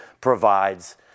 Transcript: provides